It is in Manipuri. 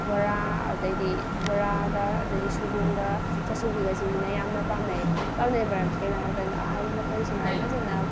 ꯕꯣꯔꯥ ꯑꯗꯩꯗꯤ ꯕꯣꯔꯥꯒ ꯑꯗꯩꯗꯤ ꯁꯣꯏꯕꯨꯝꯒ ꯆꯥꯁꯨꯕꯤꯒꯁꯤ ꯃꯤꯅ ꯌꯥꯝ ꯄꯥꯝꯅꯩ ꯄꯥꯝꯅꯔꯤ ꯃꯔꯝꯁꯤ ꯀꯩꯒꯤꯅꯣ ꯍꯥꯏ ꯃꯇꯝꯗ ꯑꯍꯟ ꯃꯈꯩꯁꯤꯅ ꯐꯖꯅ